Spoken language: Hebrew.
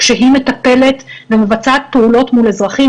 כשהיא מטפלת ומבצעת פעולות מול אזרחים,